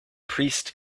priest